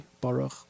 Baruch